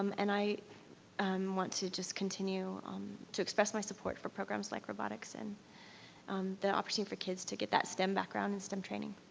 um and i want to just continue to express my support for programs like robotics and the opportunity for kids to get that stem background and stem training.